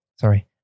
Sorry